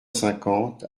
cinquante